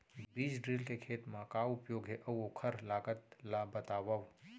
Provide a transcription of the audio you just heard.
बीज ड्रिल के खेत मा का उपयोग हे, अऊ ओखर लागत ला बतावव?